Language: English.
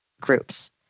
groups